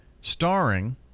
starring